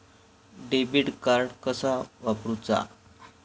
Debit card कसा वापरुचा?